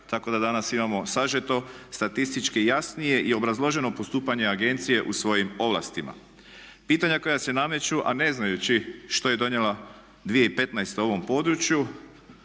tako da danas imamo sažeto statistički jasnije i obrazloženo postupanje agencije u svojim ovlastima. Pitanja koja se nameću a ne znajući što je donijela 2015.u ovom području